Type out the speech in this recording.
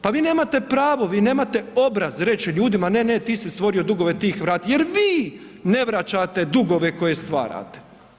Pa vi nemate pravo, vi nemate obraz reći ljudima, ne, ne ti si stvorio dugove ti ih vrati, jer vi ne vraćate dugove koje stvarate.